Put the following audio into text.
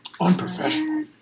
Unprofessional